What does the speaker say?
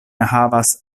havas